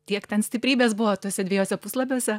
tiek ten stiprybės buvo tuose dviejuose puslapiuose